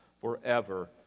forever